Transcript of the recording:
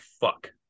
fuck